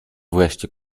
wreszcie